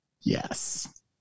Yes